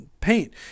paint